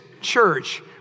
church